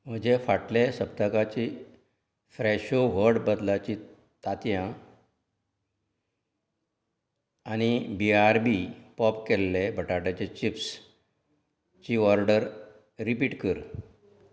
म्हजे फाटले सप्तकाची फ्रॅशो व्हड बदलाचीं तांतयां आनी बी आर बी पॉप केल्ले बटाटाचे चिप्सची ऑर्डर रिपीट कर